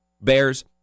Bears